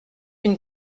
une